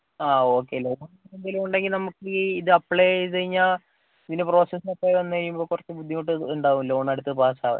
ആ ഓക്കെ അ അപ്പം വേറെന്തെങ്കിലും ഉണ്ടെങ്കിൽ നമുക്ക് ഇത് അപ്ലൈ ചെയ്തു കഴിഞ്ഞാൽ ഇതിൻ്റെ പ്രോസസ്സിനൊക്കെ വന്ന് കയ്യുമ്പം കുറച്ച് ബുദ്ധിമുട്ട് ഇണ്ടാകും ലോൺ എടുത്താൽ പാസ് ആകാൻ